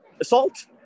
assault